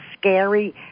scary